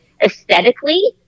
aesthetically